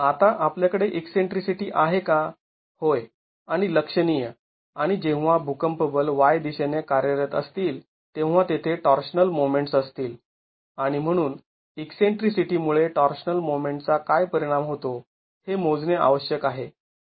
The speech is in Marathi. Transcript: आता आपल्याकडे ईकसेंट्रीसिटी आहे का होय आणि लक्षणीय आणि जेव्हा भूकंप बल y दिशेने कार्यरत असतील तेव्हा तेथे टॉर्शनल मोमेंट्स असतील आणि म्हणून ईकसेंट्रीसिटी मुळे टॉर्शनल मोमेंटचा काय परिणाम होतो हे मोजणे आवश्यक आहे